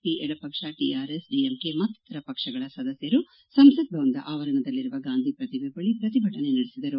P ಎಡಪಕ್ಷ ಟಿಆರ್ಎಸ್ ಡಿಎಂಕೆ ಮತ್ತಿತರ ಪಕ್ಷಗಳ ಸದಸ್ದರು ಸಂಸತ್ ಭವನದ ಆವರಣದಲ್ಲಿರುವ ಗಾಂಧಿ ಪ್ರತಿಮೆ ಬಳಿ ಪ್ರತಿಭಟನೆ ನಡೆಸಿದರು